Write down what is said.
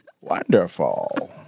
wonderful